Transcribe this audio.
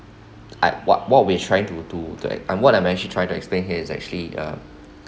I what what we're trying to to to act on what I'm actually trying to explain here is actually uh